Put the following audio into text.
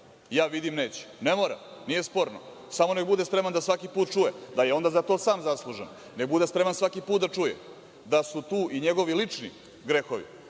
Ja vidim – neće. Ne mora. Nije sporno. Samo nek bude spreman da svaki put čuje da je onda za to sam zaslužan. Neka bude spreman svaki put da čuje da su tu i njegovi lični grehovi,